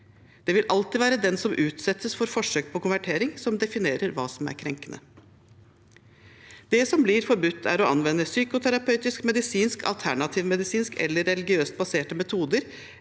Det vil alltid være den som utsettes for forsøk på konvertering, som definerer hva som er krenkende. – Det som blir forbudt, er å anvende psykoterapeutisk, medisinsk, alternativmedisinsk eller religiøst baserte metoder,